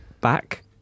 back